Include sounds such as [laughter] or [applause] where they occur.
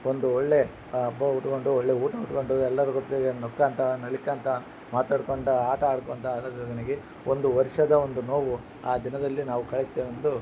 ಒಂದು ಒಳ್ಳೇ ಆ ಹಬ್ಬ ಉಟ್ಕೊಂಡು ಒಳ್ಳೇ ಊಟ ಉಟ್ಕೊಂಡು ಎಲ್ಲರು [unintelligible] ನಕ್ಕೊತ ನಲಿಕೊತ ಮಾತಾಡ್ಕೊತ ಆಟ ಆಡ್ಕೊತ [unintelligible] ನನಗೆ ಒಂದು ವರ್ಷದ ಒಂದು ನೋವು ಆ ದಿನದಲ್ಲಿ ನಾವು ಕಳೆಯುತ್ತೆವೆ ಎಂದು